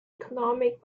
economic